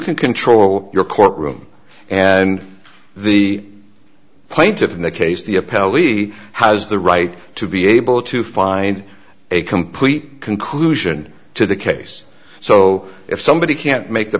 can control your courtroom and the plaintiffs in the case the appellee has the right to be able to find a complete conclusion to the case so if somebody can't make the